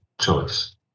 choice